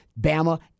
Bama